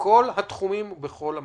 בכל התחומים ובכל המשמעויות.